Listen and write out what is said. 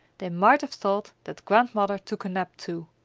they might have thought that grandmother took a nap too.